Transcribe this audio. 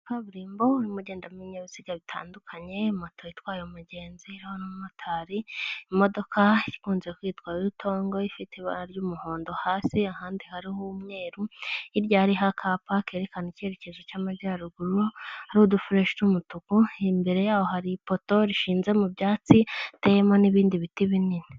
Kaburimbo irimo igendamo ibinyabiziga bitandukanye, moto itwaye umugenzi y'abamotari, imodoka ikunze kwitwa Yutongo ifite ibara ry'umuhondo hasi ahandi hari umweru hirya hakaba hari ahakapa kerekana icyerekezo cy'amajyaruguru hari udufureshe tw'umutuku. Imbere yaho hari ipoto rishinze mu byatsi by'indabo n'ibindi biti binini.